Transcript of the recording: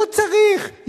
לא צריך,